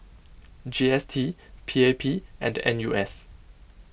G S T P A P and N U S